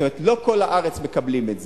לא בכל הארץ מקבלים את זה.